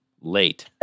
Late